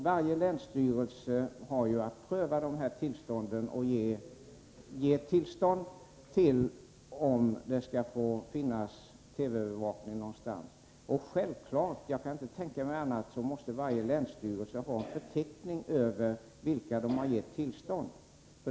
Varje länsstyrelse har att göra en prövning i samband med att tillstånd ges till TV-övervakning. Självfallet — jag kan inte tänka mig annat — måste länsstyrelserna då ha en förteckning över de tillstånd som meddelats.